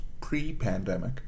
pre-pandemic